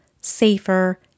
safer